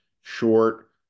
short